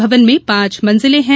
भवन में पाँच मंजिलें हैं